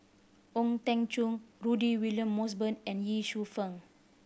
Ong Teng Cheong Rudy William Mosbergen and Ye Shufang